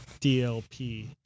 DLP